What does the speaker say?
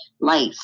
life